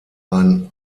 ein